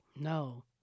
No